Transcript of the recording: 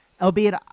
albeit